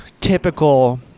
typical